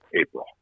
April